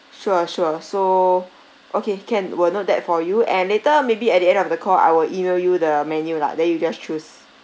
sure sure so okay can will note that for you and later maybe at the end of the call I will email you the menu lah then you just choose